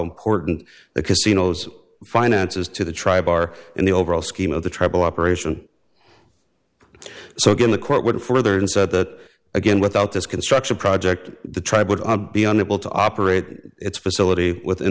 important the casinos finances to the tribe are in the overall scheme of the tribal operation so again the court would further and said that again without this construction project the tribe would be unable to operate its facility within